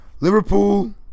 Liverpool